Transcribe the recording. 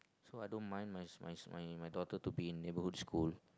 so I don't mind my my my daughter to be in neighbourhood school